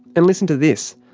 and listen to this,